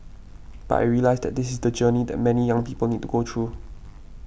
but I realised that this is the journey that many young people need go through